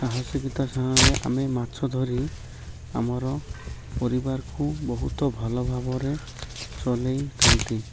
ସାହସିକତା ସମୟରେ ଆମେ ମାଛ ଧରି ଆମର ପରିବାରକୁ ବହୁତ ଭଲ ଭାବରେ ଚଲାଇଥାନ୍ତି